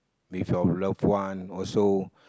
with your love one also